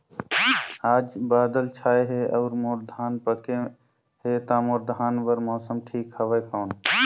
आज बादल छाय हे अउर मोर धान पके हे ता मोर धान बार मौसम ठीक हवय कौन?